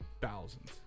thousands